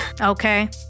Okay